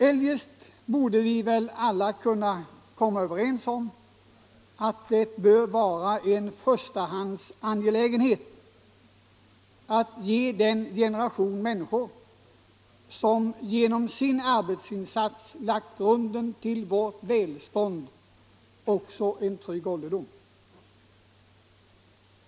Eljest borde vi väl alla kunna vara överens om att det är en förstahandsan 180 gelägenhet att ge den generation människor, som genom sin arbetsinsats har lagt grunden för vårt välstånd, en trygg ålderdom.